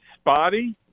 spotty